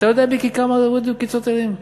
אתה יודע, מיקי, כמה מיליארדים הוא קיצץ להם,